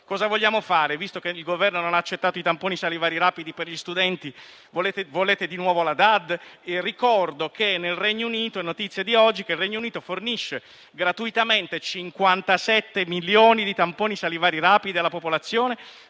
Cosa vogliamo fare visto che il Governo non ha accettato i tamponi salivari rapidi per gli studenti? Volete di nuovo la DAD? È notizia di oggi che il Regno Unito fornisce gratuitamente 57 milioni di tamponi salivari rapidi alla popolazione,